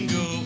go